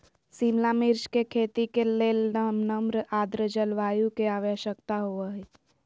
शिमला मिर्च के खेती के लेल नर्म आद्र जलवायु के आवश्यकता होव हई